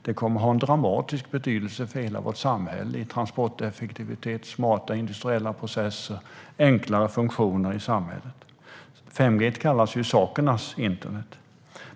Det kommer att ha en dramatisk betydelse för hela vårt samhälle i fråga om transporteffektivitet, smarta industriella processer och enklare funktioner i samhället. 5G kallas sakernas internet.